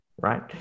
right